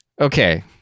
Okay